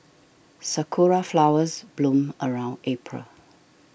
sakura flowers bloom around April